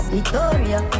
Victoria